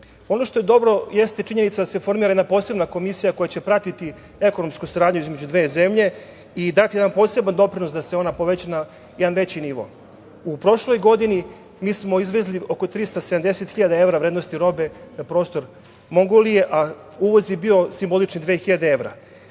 što je dobro jeste činjenica da se formira jedna posebna komisija koja će pratiti ekonomsku saradnju između dve zemlje i dati jedan poseban doprinos da se ona poveća na jedan veći nivo.U prošloj godini mi smo izvezli oko 370.000 evra vrednosti robe na prostor Mongolije, a uvoz je bio simboličnih 2.000 evra.